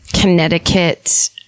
Connecticut